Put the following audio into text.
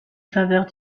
faveurs